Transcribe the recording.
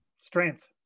Strength